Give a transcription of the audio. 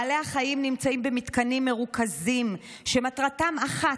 בעלי החיים נמצאים במתקנים מרוכזים שמטרתם אחת: